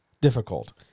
difficult